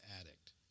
addict